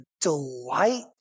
delight